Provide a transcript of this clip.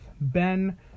Ben